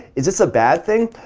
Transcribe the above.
is this a bad thing?